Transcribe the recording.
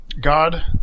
God